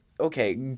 okay